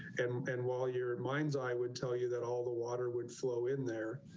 and and while your minds, i would tell you that all the water would flow in there.